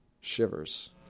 Shivers